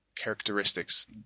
characteristics